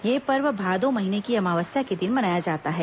यह पर्व भादो महीने की अमावस्या के दिन मनाया जाता है